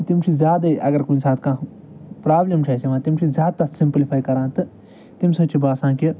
تِم چھِ زیادَے اَگر کُنہِ ساتہٕ کانٛہہ پرٛابلِم چھِ اَسہِ یِوان تِم چھِ زیادٕ تَتھ سِمپٕلِفَے کران تہٕ تَمہِ سۭتۍ چھِ باسان کہِ